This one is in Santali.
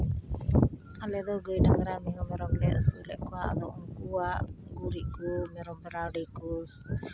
ᱟᱞᱮ ᱫᱚ ᱜᱟᱹᱭ ᱰᱟᱝᱨᱟ ᱢᱤᱦᱩ ᱢᱮᱨᱚᱢ ᱞᱮ ᱟᱹᱥᱩᱞᱮᱜ ᱠᱚᱣᱟ ᱟᱫᱚ ᱩᱱᱠᱩᱣᱟᱜ ᱜᱩᱨᱤᱡ ᱠᱚ ᱢᱮᱨᱚᱢ ᱵᱷᱮᱨᱟᱞ ᱰᱤ ᱠᱚ